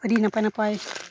ᱟᱹᱰᱤ ᱱᱟᱯᱟᱭ ᱱᱟᱯᱟᱭ